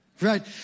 Right